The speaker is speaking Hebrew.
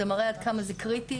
זה מראה עד כמה זה קריטי,